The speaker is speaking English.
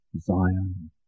Zion